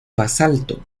basalto